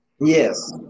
Yes